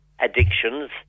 addictions